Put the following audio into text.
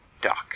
duck